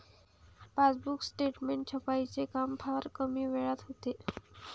passbook statement छपाईचे काम फार कमी वेळात होते